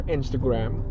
Instagram